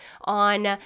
on